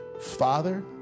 Father